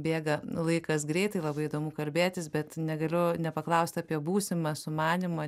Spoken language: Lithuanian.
bėga laikas greitai labai įdomu kalbėtis bet negaliu nepaklausti apie būsimą sumanymą